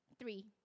three